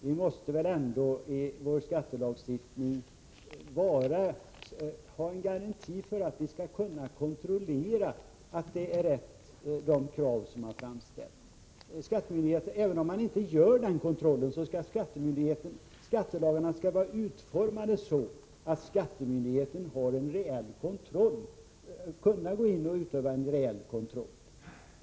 Vi måste ändå i skattelagstiftningen ha en garanti för att det skall vara möjligt att kontrollera att framställda krav är riktiga. Även om kontrollen inte görs, skall skattelagarna vara utformade så, att skattemyndigheterna har möjlighet att gå in och utöva reell kontroll.